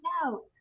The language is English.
out